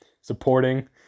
supporting